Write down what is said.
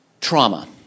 trauma